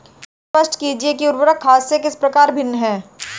स्पष्ट कीजिए कि उर्वरक खाद से किस प्रकार भिन्न है?